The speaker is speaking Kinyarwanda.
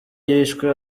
yishwe